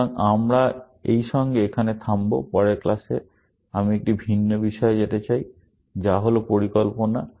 সুতরাং আমরা এই সঙ্গে এখানে থামব পরের ক্লাসে আমি একটি ভিন্ন বিষয়ে যেতে চাই যা হল পরিকল্পনা